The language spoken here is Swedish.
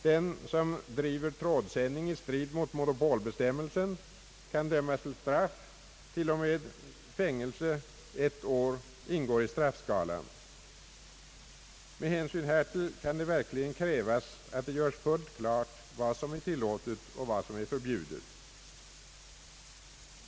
Den som driver trådsändning i strid mot monopolbestämmelsen kan dömas till straff; t.o.m. fängelse i ett år ingår i straffskalan. Med hänsyn härtill kan det verkligen krävas att det göres fullt klart vad som är tilllåtet och vad som är förbjudet.